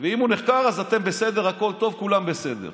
ואם הוא נחקר אז אתם בסדר, הכול טוב, כולם בסדר.